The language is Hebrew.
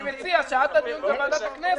אני מציע שעד הדיון בוועדת הכנסת,